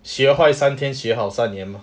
学坏三天学好三年 mah